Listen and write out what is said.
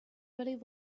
believe